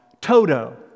Toto